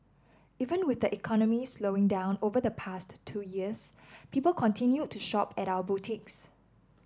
even with the economy slowing down over the past two years people continued to shop at our boutiques